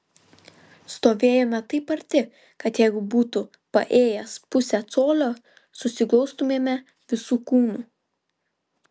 stovėjome taip arti kad jeigu būtų paėjęs pusę colio susiglaustumėme visu kūnu